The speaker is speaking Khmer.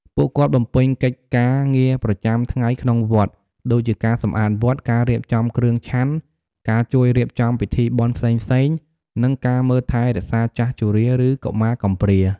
ពួកគាត់បំពេញកិច្ចការងារប្រចាំថ្ងៃក្នុងវត្ត ដូចជាការសម្អាតវត្ត ការរៀបចំគ្រឿងឆាន់ ការជួយរៀបចំពិធីបុណ្យផ្សេងៗ និងការមើលថែរក្សាចាស់ជរា ឬកុមារកំព្រា។